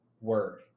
word